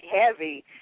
Heavy